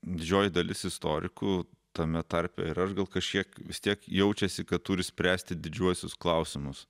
didžioji dalis istorikų tame tarpe ir aš gal kažkiek vis tiek jaučiasi kad turi spręsti didžiuosius klausimus